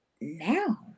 now